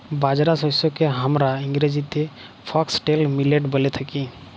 বাজরা শস্যকে হামরা ইংরেজিতে ফক্সটেল মিলেট ব্যলে থাকি